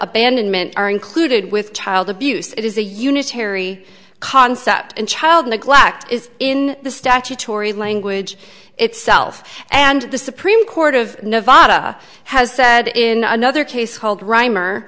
abandonment are included with child abuse it is a unitary concept and child neglect is in the statutory language itself and the supreme court of nevada has said in another case called ryme